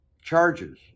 charges